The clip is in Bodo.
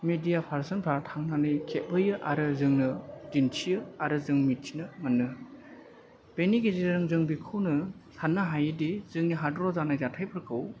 मिदिया पारसनफ्रा थांनानै खेबहैयो आरो जोंनो दिन्थियो आरो जों मिथिनो मोनो बेनि गेजेरजों जों बिखौनो साननो हायो दि जों हादराव जानाय जाथायफोरखौ